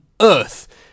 earth